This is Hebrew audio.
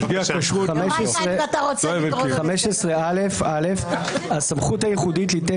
"ביקורת שיפוטית 15א. (א) הסמכות הייחודית ליתן